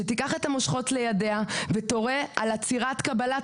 שתיקח את המושכות לידיה ותורה על עצירת קבלת